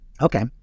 Okay